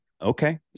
okay